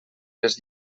les